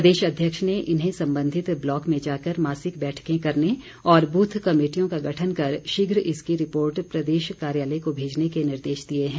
प्रदेश अध्यक्ष ने इन्हें सबंधित ब्लॉक में जाकर मासिक बैठकें करने और बूथ कमेटियों का गठन कर शीघ्र इसकी रिपोर्ट प्रदेश कार्यालय को भेजने के निर्देश दिए है